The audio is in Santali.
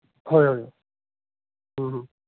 ᱦᱳᱭ ᱦᱳᱭ ᱦᱮᱸ